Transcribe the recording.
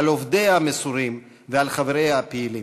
על עובדיה המסורים ועל חבריה הפעילים.